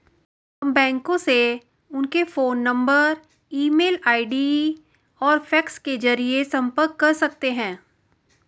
हम बैंकों से उनके phone number email ID और फैक्स के जरिए संपर्क कर सकते हैं